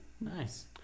Nice